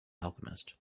alchemist